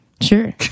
Sure